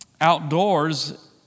outdoors